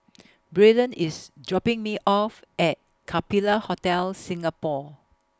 Braylen IS dropping Me off At Capella Hotel Singapore